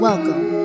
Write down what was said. Welcome